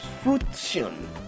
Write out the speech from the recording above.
fruition